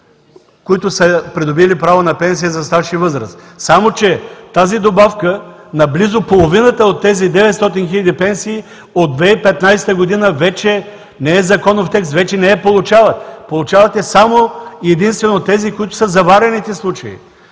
които са придобили право на пенсия за стаж и възраст. Само че тази добавка на близо половината от тези 900 хиляди пенсии от 2015 г., вече не е законов текст, вече не я получават. Получават я само и единствено тези, които са заварените случаи.